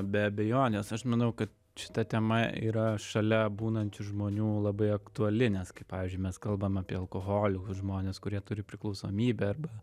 be abejonės aš manau kad šita tema yra šalia būnančių žmonių labai aktuali nes kaip pavyzdžiui mes kalbam apie alkoholikus žmones kurie turi priklausomybę arba